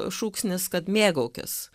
šūksnis kad mėgaukis